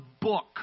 book